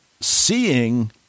seeing